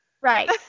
Right